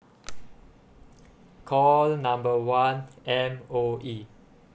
call number one M_O_E